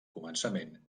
començament